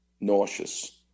nauseous